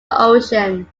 ocean